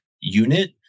unit